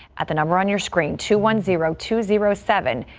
at the number on your screen two, one, zero, two, zero, seven,